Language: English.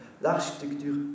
l'architecture